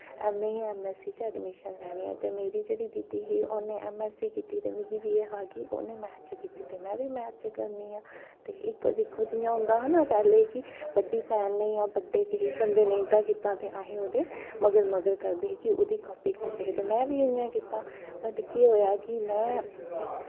M A जां M S C च admission लैनी ऐ ते मेरी जेह्ड़ी दीदी ही उ'नें ऐम ऐस सी कीती ते मिगी बी एह् हा कि उ'नें मैथ च कीते में बी मैथ करनी ऐ ते इक दिक्खो जियां होंदा हा ना पैह्लें कि बड्डा भैन न जां बड्डे किसे बंदे ने एह्दा कीता ते असें ओह्दे मगर मगर करदे हे कि ओह्दी कापी करदे हे ते में बी उ'आं गै कीता बट केह् होएआ कि में